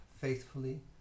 faithfully